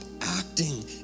acting